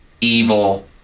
evil